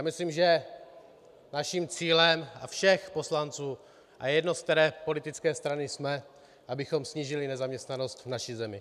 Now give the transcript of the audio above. Myslím, že naším cílem a cílem všech poslanců, a je jedno, z které politické strany jsme, je, abychom snížili nezaměstnanost v naší zemi.